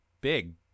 big